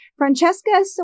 Francesca